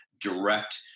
direct